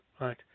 right